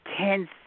tense